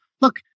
look